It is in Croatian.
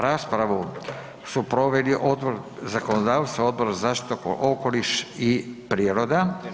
Raspravu su proveli Odbor za zakonodavstvo, Odbor za zaštitu okoliša i prirode.